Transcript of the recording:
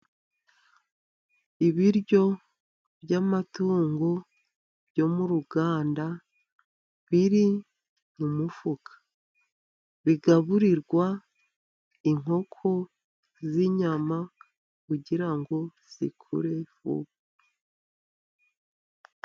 Ibiryo by'amatungo byo mu ruganda, biri mu mufuka. Bigaburirwa inkoko z'inyama, kugira ngo zikure vuba.